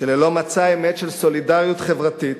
שללא מצע אמת של סולידריות חברתית